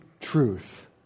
truth